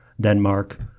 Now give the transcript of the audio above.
Denmark